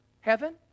Heaven